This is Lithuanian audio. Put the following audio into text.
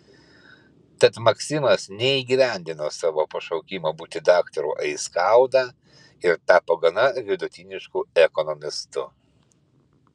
tad maksimas neįgyvendino savo pašaukimo būti daktaru aiskauda ir tapo gana vidutinišku ekonomistu